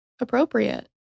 appropriate